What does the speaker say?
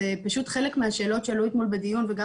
פשוט חלק מהשאלות שעלו אתמול בדיון וגם